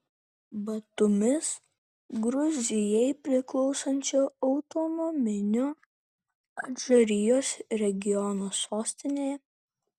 batumis gruzijai priklausančio autonominio adžarijos regiono sostinė